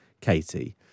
Katie